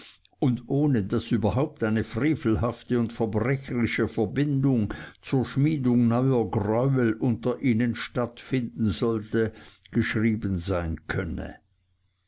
und ohne daß überhaupt eine frevelhafte und verbrecherische verbindung zu schmiedung neuer greuel unter ihnen stattfinden sollte geschrieben sein könne